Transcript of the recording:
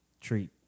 treat